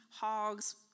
hogs